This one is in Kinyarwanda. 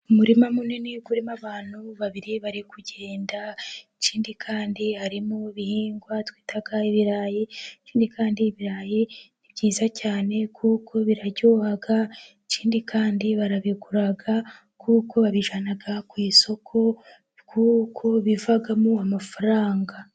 Umurima munini urimo abantu babiri bari kugenda, ikindi kandi harimo ibihingwa twita ibirayi, ikindi kandi ibirayi ni byiza cyane kuko biraryoha, ikindi kandi barabigura kuko babijyana ku isoko, kuko bivamo amafaranga.